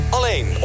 Alleen